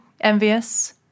envious